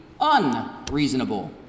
unreasonable